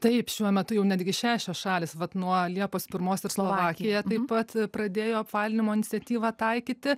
taip šiuo metu jau netgi šešios šalys vat nuo liepos pirmos ir slovakija taip pat pradėjo apvalinimo iniciatyvą taikyti